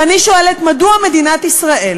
ואני שואלת: מדוע מדינת ישראל